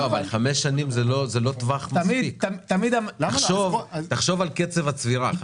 תחשוב על קצב הצבירה.